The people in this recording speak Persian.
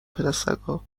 پدسگا